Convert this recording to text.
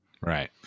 Right